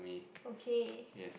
okay